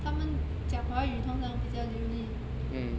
他们讲华语通常比较流利